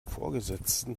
vorgesetzten